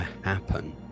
happen